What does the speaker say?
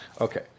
Okay